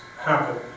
happen